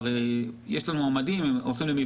יש לנו כבר מועמדים, הם נבחנים.